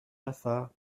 lafare